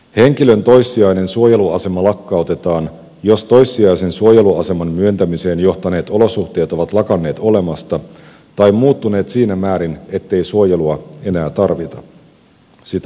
henkilön toissijainen suojeluasema lakkautetaan jos toissijaisen suojeluaseman myöntämiseen johtaneet olosuhteet ovat lakanneet olemasta tai muuttuneet siinä määrin ettei suojelua enää tarvita